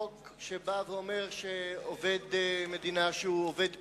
חוק שבא ואומר שעובד מדינה שהוא עובד פיקוח,